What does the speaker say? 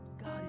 God